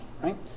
right